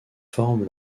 forme